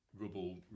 rubble